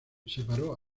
separó